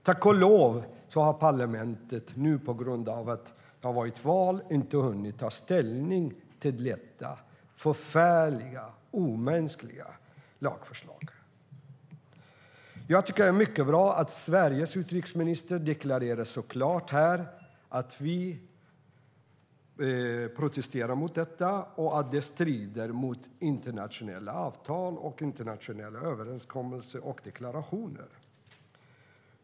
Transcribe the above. Tack och lov har parlamentet, på grund av att det har varit val, inte hunnit ta ställning till detta förfärliga, omänskliga lagförslag. Jag tycker att det är mycket bra att Sveriges utrikesminister klart deklarerar att vi protesterar mot detta och att det strider mot internationella avtal, överenskommelser och deklarationer.